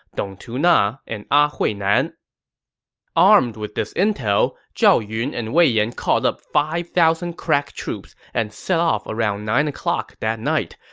dong tuna and a ah huinan armed with this intel, zhao yun and wei yan called up five thousand crack troops and set off around nine o'clock that night,